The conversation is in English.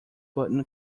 button